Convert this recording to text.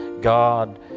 God